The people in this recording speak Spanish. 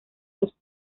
los